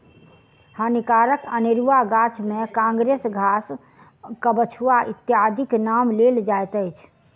हानिकारक अनेरुआ गाछ मे काँग्रेस घास, कबछुआ इत्यादिक नाम लेल जाइत अछि